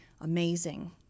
Amazing